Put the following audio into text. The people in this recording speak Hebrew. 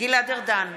גלעד ארדן,